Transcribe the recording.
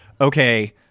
okay